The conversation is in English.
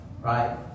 right